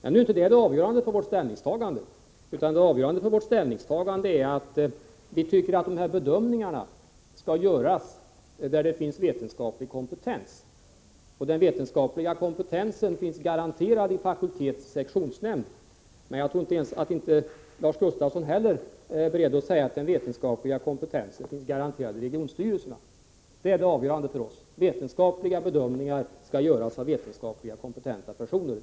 Nu är inte detta det avgörande för vårt ställningstagande, utan det avgörande är att vi tycker att bedömningarna skall göras där det finns vetenskaplig kompetens. Den vetenskapliga kompetensen finns garanterad i fakultetsoch sektionsnämnd, men jag tror inte heller Lars Gustafsson är beredd att säga att den vetenskapliga kompetensen finns garanterad i regionstyrelserna. Det avgörande för oss är att vetenskapliga bedömningar skall göras av vetenskapligt kompetenta personer.